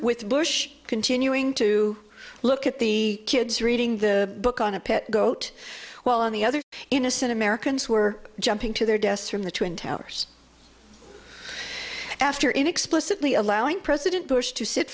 with bush continuing to look at the kids reading the book on a pet goat while on the other innocent americans were jumping to their deaths from the twin towers after in explicitly allowing president bush to sit